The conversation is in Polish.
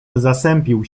zasępił